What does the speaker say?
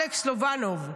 אלכס לובנוב,